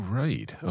right